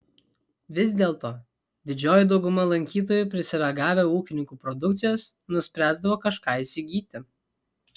vis dėlto didžioji dauguma lankytojų prisiragavę ūkininkų produkcijos nuspręsdavo kažką įsigyti